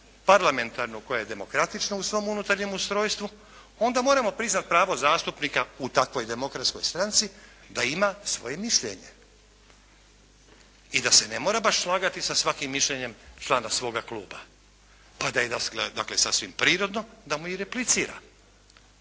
parlamentarnu koja je demokratična u svom unutarnjem ustrojstvu onda moramo priznati pravo zastupnika u takvoj demokratskoj stranci da ima svoje mišljenje i da se ne mora baš slagati sa svakim mišljenjem člana svoga kluba, pa da dakle sasvim prirodno da mu i replicira.